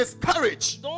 courage